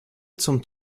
zum